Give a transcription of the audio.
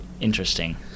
Interesting